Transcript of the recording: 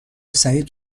سعید